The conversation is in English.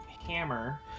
hammer